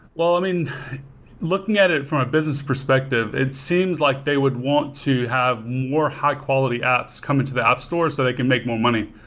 um and looking at it from a business perspective, it seems like they would want to have more high-quality apps come into the app store so they can make more money.